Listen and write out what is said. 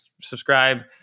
subscribe